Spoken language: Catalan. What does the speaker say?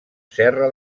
serra